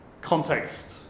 context